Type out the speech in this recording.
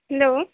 hello